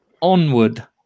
Onward